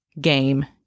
game